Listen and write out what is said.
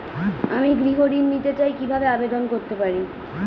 আমি গৃহ ঋণ নিতে চাই কিভাবে আবেদন করতে পারি?